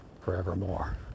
forevermore